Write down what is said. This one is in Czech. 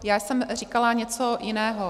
Já jsem říkala něco jiného.